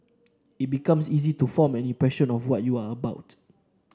it becomes easy to form an impression of what you are about